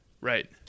Right